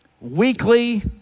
weekly